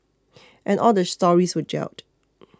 and all the stories were gelled